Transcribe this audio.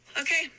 Okay